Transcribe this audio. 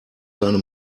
seine